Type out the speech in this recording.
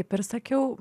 kaip ir sakiau